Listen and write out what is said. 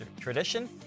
tradition